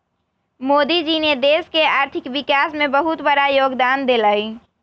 मोदी जी ने देश के आर्थिक विकास में बहुत बड़ा योगदान देलय